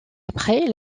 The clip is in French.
après